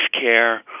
care